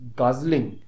guzzling